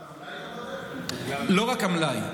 רק בשביל ההבנה, לא רק המלאי.